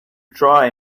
try